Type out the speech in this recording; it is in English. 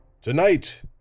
Tonight